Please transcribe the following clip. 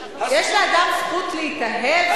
יש לאדם זכות להתאהב,